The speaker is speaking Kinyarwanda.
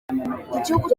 igihugu